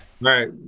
right